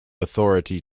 authority